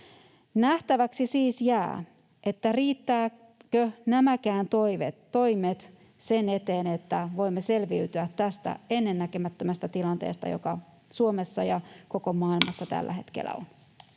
Nähtäväksi siis jää, riittävätkö nämäkään toimet sen eteen, että voimme selviytyä tästä ennennäkemättömästä tilanteesta, joka Suomessa ja koko maailmassa [Puhemies